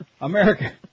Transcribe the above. America